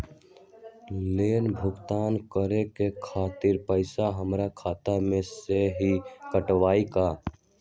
Loan भुगतान करे के खातिर पैसा हमर खाता में से ही काटबहु का?